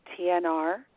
TNR